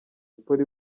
polly